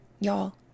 Y'all